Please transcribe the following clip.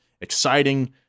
exciting